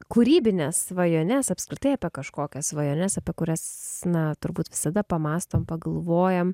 kūrybines svajones apskritai apie kažkokias svajones apie kurias na turbūt visada pamąstom pagalvojam